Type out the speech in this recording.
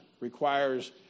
requires